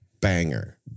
banger